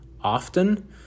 often